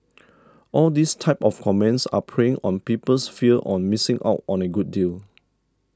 all these type of comments are preying on people's fear on missing out on a good deal